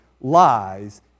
lies